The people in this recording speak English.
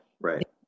right